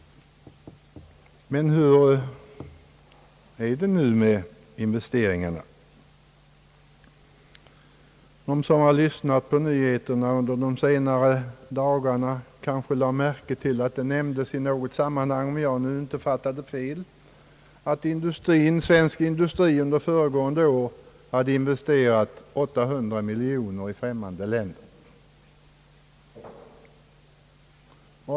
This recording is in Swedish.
Men hur är det nu med investeringarna? De som har lyssnat på nyheterna under de senaste dagarna kanske lade märke till att det i något sammanhang — om jag nu inte fattade fel — nämndes att svensk industri under föregående år investerat 800 miljoner kronor i främmande länder.